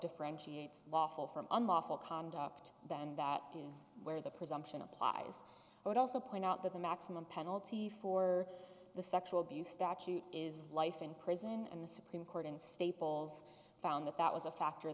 differentiates lawful from unlawful conduct then that is where the presumption applies i would also point out that the maximum penalty for the sexual abuse statute is life in prison and the supreme court in staples found that that was a factor